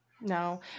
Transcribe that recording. No